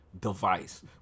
device